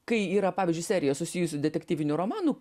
kai yra pavyzdžiui serija susijusių detektyvinių romanų